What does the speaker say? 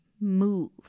move